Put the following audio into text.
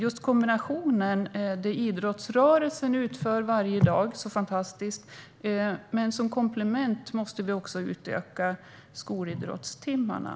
Det som idrottsrörelsen utför varje dag är fantastiskt, men som komplement måste vi utöka skolidrottstimmarna.